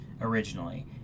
originally